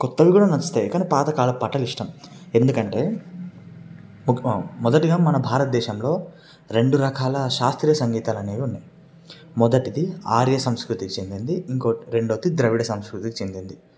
కొత్తవి కూడ నచ్చుతాయి కాని పాతకాలపు పాటలు ఇష్టం ఎందుకంటే మొదటిగా మన భారతదేశంలో రెండు రకాల శాస్త్రీయ సంగీతలు అనేవి ఉన్నాయి మొదటిది ఆర్య సంస్కృతి చెందింది ఇంకోటి రెండోది ద్రవిడ సంస్కృతికి చెందింది